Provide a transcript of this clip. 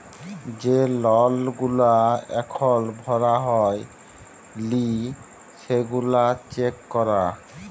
যে লল গুলা এখল ভরা হ্যয় লি সেগলা চ্যাক করা